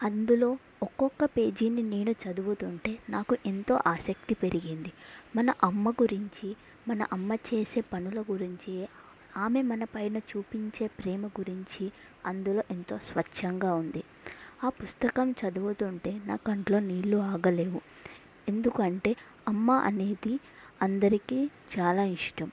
అందులో ఒక్కొక్క పేజీని నేను చదువుతుంటే నాకు ఎంతో ఆసక్తి పెరిగింది మన అమ్మ గురించి మన అమ్మ చేసే పనుల గురించి ఆమె మన పైన చూపించే ప్రేమ గురించి అందులో ఎంతో స్వచ్ఛంగా ఉంది ఆ పుస్తకం చదువుతుంటే నాకంట్లో నీళ్ళు ఆగలేదు ఎందుకంటే అమ్మ అనేది అందరికీ చాలా ఇష్టం